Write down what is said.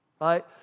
Right